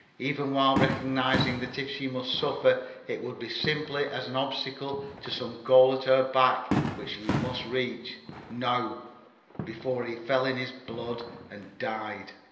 even while recognising that she must suffer it would be simply as an obstacle to some goal at her back which he must reach now before he fell in his blood and died.